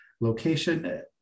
location